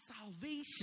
salvation